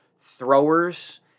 throwers